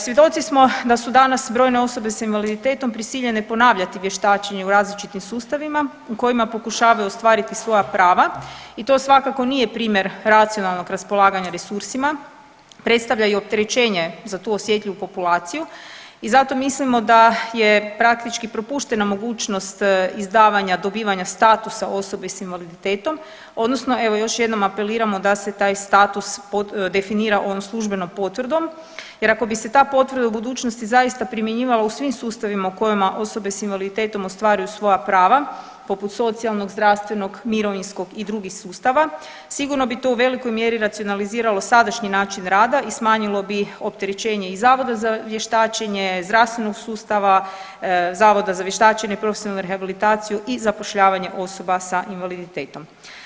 Svjedoci smo da su danas brojne osobe s invaliditetom prisiljene ponavljati vještačenje u različitim sustavima u kojima pokušavaju ostvariti svoja prava i to svakako nije primjer racionalnog raspolaganja resursima, predstavlja i opterećenje za tu osjetljivu populaciju i zato mislimo da je praktički propuštena mogućnost izdavanja dobivanja statusa osobe s invaliditetom odnosno još jednom apeliramo da se taj status definira onom službenom potvrdom jer ako bi se ta potvrda u budućnosti zaista primjenjivala u svim sustavima u kojima osobe s invaliditetom ostvaruju svoja prava poput socijalnog, zdravstvenog, mirovinskog i drugih sustava, sigurno bi to u velikoj mjeri racionaliziralo sadašnji način rada i smanjilo bi opterećenje i Zavoda za vještačenje, zdravstvenog sustava, Zavoda za vještačenje, profesionalnu rehabilitaciju i zapošljavanje osoba s invaliditetom.